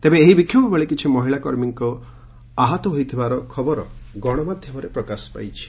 ତେବେ ଏହି ବିଷୋଭବେଳେ କିଛି ମହିଳା କର୍ମୀଙ୍କ ଆହତ ହୋଇଥିବା ଖବର ଗଶମାଧ୍ଧମରେ ପ୍ରକାଶ ପାଇଛି